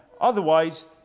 Otherwise